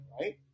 Right